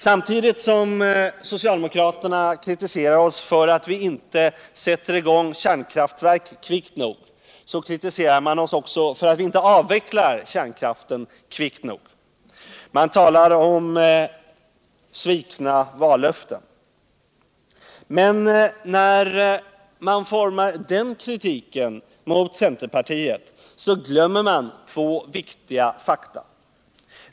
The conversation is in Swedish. Samtidigt som socialdemokraterna kritiseras oss för att vi inte sätter i gång kärnkraftverk kvickt nog, kritiserar de oss också för att vi inte avvecklar kärnkraften kvickt nog. De talar om svikna vallöften. Men när de formar den kritiken mot centerpartiet glömmer de två viktiga fakta.